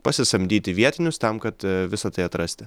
pasisamdyti vietinius tam kad visa tai atrasti